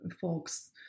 folks